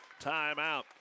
timeout